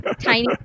tiny